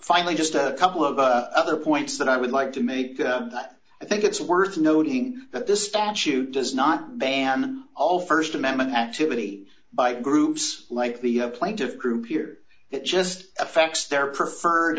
finally just a couple of other points that i would like to make i think it's worth noting that this statute does not ban all st amendment activity by groups like the plaintiffs group here it just affects their preferred